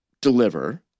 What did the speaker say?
deliver